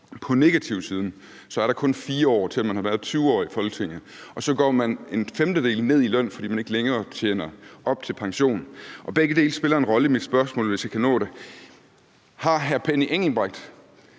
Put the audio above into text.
på negativsiden er der kun 4 år til, at man har været 20 år i Folketinget, og så går man en femtedel ned i løn, fordi man ikke længere tjener op til pension, og begge dele spiller en rolle i mit spørgsmål, hvis jeg kan nå det. Har hr. Benny Engelbrecht